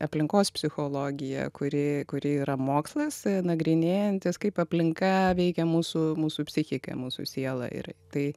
aplinkos psichologiją kuri kuri yra mokslas nagrinėjantis kaip aplinka veikia mūsų mūsų psichiką mūsų sielą ir tai